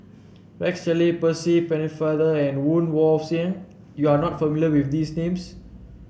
Rex Shelley Percy Pennefather and Woon Wah Siang you are not familiar with these names